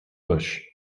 bush